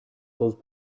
will